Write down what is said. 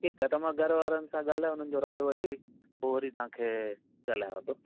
ठीकु आहे त मां घरवारनि सां ॻाल्हाए उन्हनि जो राइ वठी पोइ वरी तव्हांखे ॻाल्हायांव थो